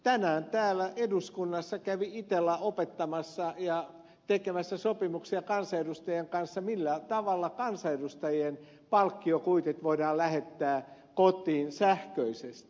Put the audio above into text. tänään täällä eduskunnassa kävi itella opettamassa ja tekemässä sopimuksia kansanedustajien kanssa millä tavalla kansanedustajien palkkiokuitit voidaan lähettää kotiin sähköisesti